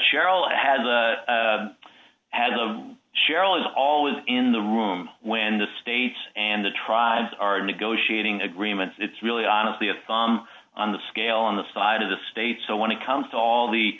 cheryl has had the cheryl is always in the room when the states and the tribes are negotiating agreements it's really honestly if i'm on the scale on the side of the state so when it comes to all the